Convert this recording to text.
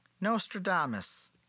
Nostradamus